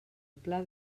pla